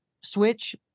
switch